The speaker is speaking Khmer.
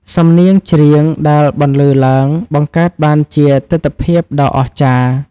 សំនៀងច្រៀងដែលបន្លឺឡើង បង្កើតបានជាទិដ្ឋភាពដ៏អស្ចារ្យ។